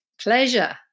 Pleasure